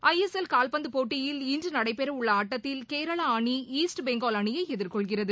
ஐ S L கால்பந்து போட்டியில் இன்று நடைபெற உள்ள ஆட்டத்தில் கேரளா அணி ஈஸ்ட் பெங்கால் அணியை எதிர்கொள்கிறது